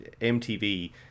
MTV